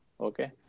Okay